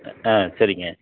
ஆ சரிங்க